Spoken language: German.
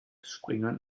springen